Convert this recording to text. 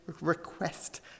request